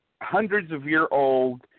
Hundreds-of-year-old